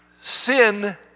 Sin